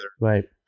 right